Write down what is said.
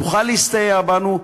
תוכל להסתייע בנו.